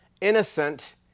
innocent